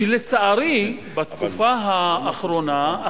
שבתקופה האחרונה,